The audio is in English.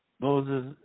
Moses